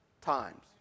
times